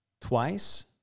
Twice